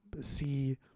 see